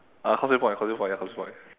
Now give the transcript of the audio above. uh causeway point causeway point ya causeway point